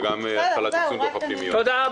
תודה.